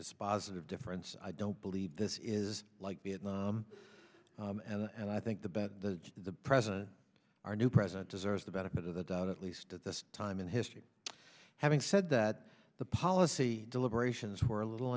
dispositive difference i don't believe this is like vietnam and i think the better the president our new president deserves the benefit of the doubt at least at this time in history having said that the policy deliberations were a little